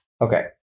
Okay